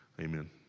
amen